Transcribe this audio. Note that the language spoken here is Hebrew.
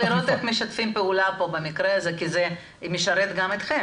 צריך לראות איך משתפים פעולה במקרה הזה כי זה משרת גם אתכם,